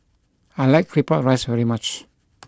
I like Claypot Rice very much